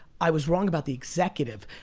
i was wrong about the executive.